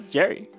Jerry